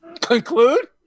Conclude